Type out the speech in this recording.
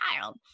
child